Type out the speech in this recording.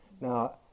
Now